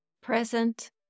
Present